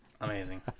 Amazing